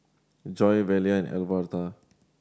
Joi Velia and Alverta